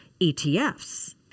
ETFs